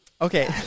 Okay